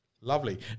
Lovely